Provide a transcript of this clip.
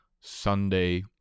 Sunday